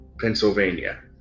Pennsylvania